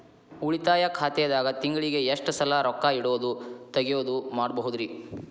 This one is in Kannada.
ಉಳಿತಾಯ ಖಾತೆದಾಗ ತಿಂಗಳಿಗೆ ಎಷ್ಟ ಸಲ ರೊಕ್ಕ ಇಡೋದು, ತಗ್ಯೊದು ಮಾಡಬಹುದ್ರಿ?